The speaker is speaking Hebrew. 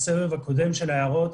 בסבב הקודם של ההערות,